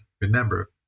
remember